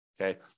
Okay